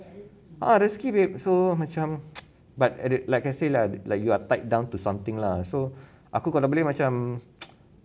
ah rezeki so macam like I say lah like you are tied down to something lah so aku kalau boleh macam